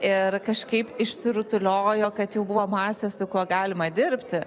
ir kažkaip išsirutuliojo kad jau buvo masės su kuo galima dirbti